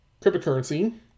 cryptocurrency